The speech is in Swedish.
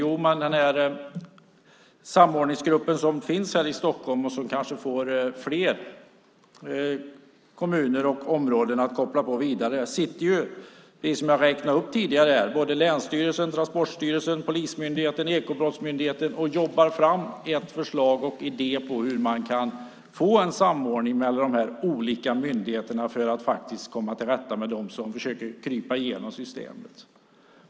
Jo, men i samordningsgruppen som finns här i Stockholm och som kanske får fler kommuner och områden att haka på sitter, precis som jag räknade upp tidigare, representanter för länsstyrelsen, Transportstyrelsen, polismyndigheten, Ekobrottsmyndigheten. De jobbar fram ett förslag om hur man kan få en samordning mellan de här olika myndigheterna för att faktiskt komma till rätta med dem som försöker krypa igenom systemet.